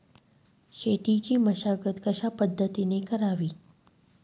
शेतीची मशागत कशापद्धतीने करावी?